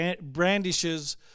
brandishes